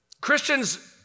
Christians